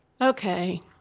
Okay